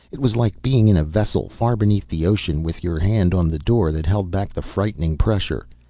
it was like being in a vessel far beneath the ocean, with your hand on the door that held back the frightening pressure.